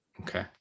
Okay